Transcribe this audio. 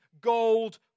gold